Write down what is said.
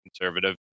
conservative